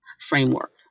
framework